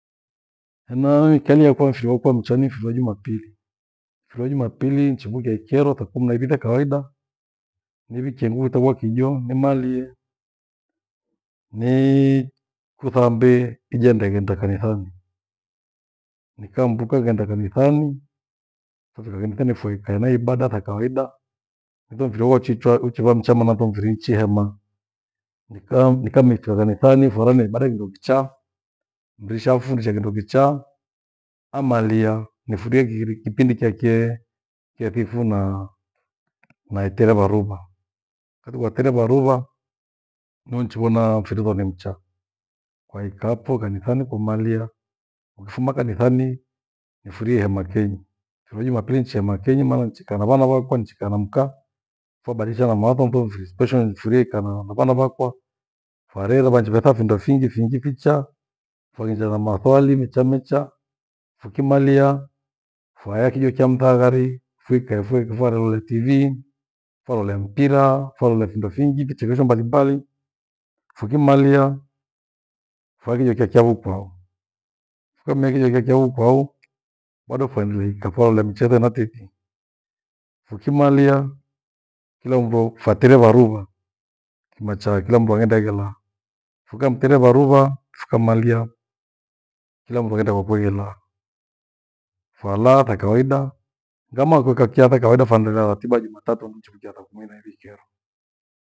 Hena mikalie yakwa mfiri mcha kwa ni mfiri wa jumapili. Mfiri wa jumapili nichivukie ikyero saa kumi nawiviri nikawaida. Nivikie nguku takwo kijo nimalie. Nii kusambe nijiandae nighenda kanisani. Nikambuka nikaghenda kanisani. nikae ibada za kawaida ndio omthio wochichwa uchiwa mchamana wophiri nchihema. Mikaa, mikaa kanithani phorone ibada kindo kichaa. Mrisha afundishe kindo kicha amalia nifurie kipindi kye kie chesifa naa itereva ruva kaviwaitereva ruva nihonichivona mphirittio ni mcha. Vaikaapho kanisani fomalia tukifuma kanisani nifirie hema kenyi. Kiro jumapili chemaa kenyi maana nichikaa na vana vakwa, nichikaa na mka fabadilishana mawazo ntho mfiri thipesho na nimfurie ikaa na vana vakwa varera vanjivetha findo fingi ficha, faghenjana na maswali mecha mecha. Takimalia fya kijo cha msaghari, tukae talolea TV, talolea mpira, talolea findofingi, vichekesho mbalimbali tukimalia iya fya kijo cha chavukwau, tukamimaliaa iya kijo chavukwau bado faneleikaa kafoune mchele na tentii tukimalia kila mndu fatereva ruva kimachai kila mndu aghende aghelaa tukamteva ruva tukammalia. Kila mndu aghenda kwake aghelaa. Falaa zakawaida ngama kuweka kiatha ikawaida fandera ratiba ya jumatatu mnchu naingia saa kumi na iwi kera